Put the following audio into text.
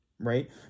right